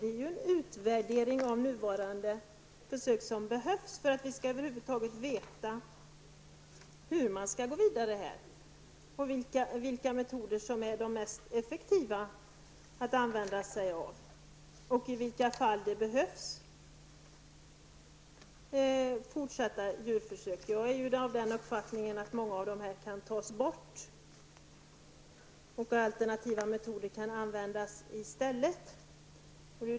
Det behövs en utvärdering av de nuvarande försöken för att vi över huvud taget skall veta hur man bör gå vidare, vilka metoder som är de effektivaste och i vilka fall man behöver fortsätta med djurförsöken. Jag är ju för min del av den uppfattningen att många djurförsök kan tas bort och ersättas med alternativa metoder.